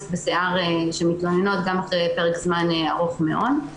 בשיער של מתלוננות גם אחרי פרק זמן ארוך מאוד.